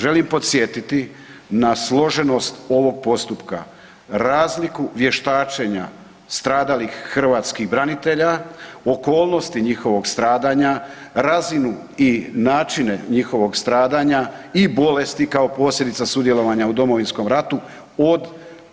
Želim podsjetiti na složenost ovog postupka, razliku vještačenja stradalih hrvatskih branitelja, okolnosti njihovog stradanja, razinu i načine njihovog stradanja i bolesti kao posljedica sudjelovanja u Domovinskom ratu, od